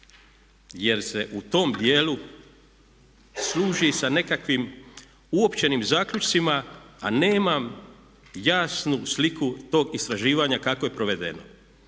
jer se u tom dijelu služi sa nekakvim uopćenim zaključcima a nema jasne slike tog istraživanja kako je provedeno.